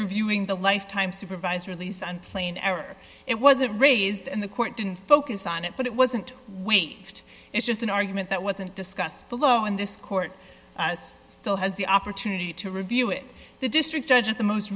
reviewing the lifetime supervised release and plainer it wasn't raised and the court didn't focus on it but it wasn't weight it's just an argument that wasn't discussed below in this court still has the opportunity to review it the district judge of the most